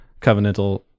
covenantal